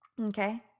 okay